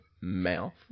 mouth